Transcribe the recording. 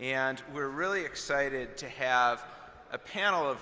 and we're really excited to have a panel of